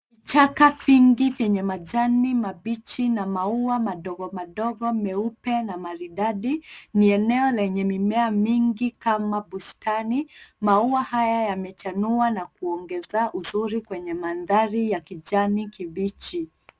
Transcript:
Vichaka vingi vyenye majani mabichi na maua madogo madogo meupe na maridadi . Ni eneo lenye mimea mingi kama bustani. Maua haya yamechanua na kuongeza uzuri kwenye mandhari ya kijani kibichi.